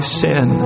sin